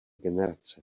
generace